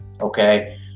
Okay